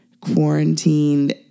quarantined